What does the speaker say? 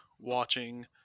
watching